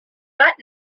that